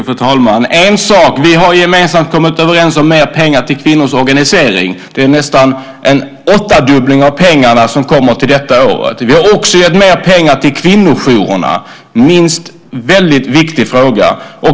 Fru talman! En sak som vi gemensamt har kommit överens om är mer pengar till kvinnors organisering. Det är nästan en åttadubbling av pengarna som kommer till detta år. Vi har också gett mer pengar till kvinnojourerna, inte minst en väldigt viktig fråga.